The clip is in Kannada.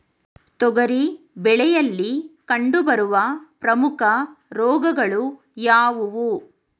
ತೊಗರಿ ಬೆಳೆಯಲ್ಲಿ ಕಂಡುಬರುವ ಪ್ರಮುಖ ರೋಗಗಳು ಯಾವುವು?